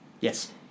Yes